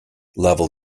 level